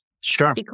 Sure